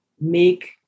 make